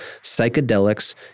psychedelics